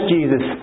Jesus